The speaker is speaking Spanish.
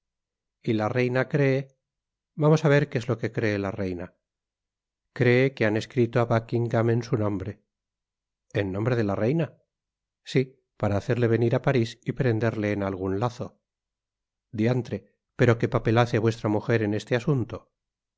y la reina cree vamos á ver que es lo que cree la reina cree que han escrito á buckingam en su nombre en nombre de la reina si para hacerle venir á paris y prenderle en algun lazo diantre pero qué papel hace vuestra mujer en este asunto